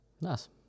Nice